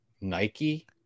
Nike